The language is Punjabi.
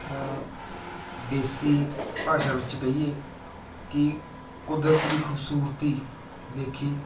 ਦੇਸੀ ਭਾਸ਼ਾ ਵਿੱਚ ਕਹੀਏ ਕਿ ਕੁਦਰਤ ਦੀ ਖੂਬਸੂਰਤੀ ਦੇਖੀ